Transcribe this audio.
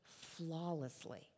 flawlessly